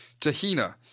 Tahina